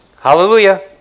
Hallelujah